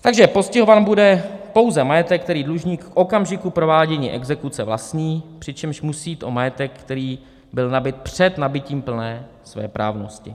Takže postihován bude pouze majetek, který dlužník v okamžiku provádění exekuce vlastní, přičemž musí jít o majetek, který byl nabyt před nabytím plné svéprávnosti.